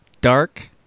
dark